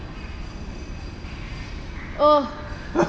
oh